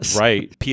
Right